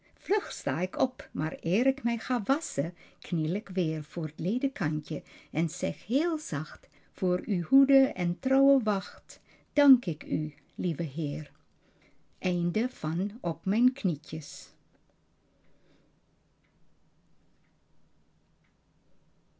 sta ik op maar eer ik mij ga wasschen kniel ik weer voor t ledekantje en zeg heel zacht voor uwe hoede en trouwe wacht dank ik u lieve heer